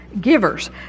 givers